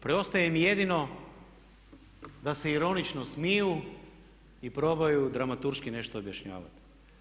Preostaje im jedino da se ironično smiju i probaju dramaturški nešto objašnjavati.